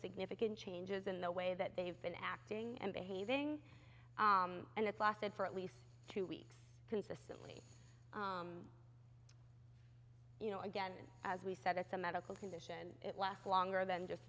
significant changes in the way that they've been acting and behaving and it's lasted for at least two weeks consistently you know again as we said it's a medical condition it lasts longer than just